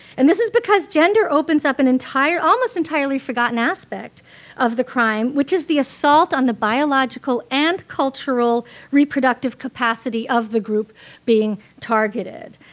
and this is because gender opens up an almost entirely forgotten aspect of the crime, which is the assault on the biological and cultural reproduction capacity of the group being targeted.